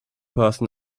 person